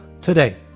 today